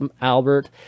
Albert